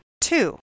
Two